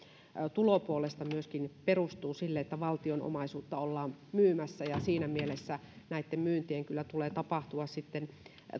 tulopuolesta perustuu sille että valtionomaisuutta ollaan myymässä ja siinä mielessä näitten myyntien kyllä tulee tapahtua